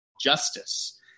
justice